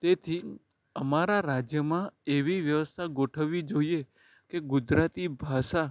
તેથી અમારા રાજ્યમાં એવી વ્યવસ્થા ગોઠવવી જોઈએ કે ગુજરાતી ભાષા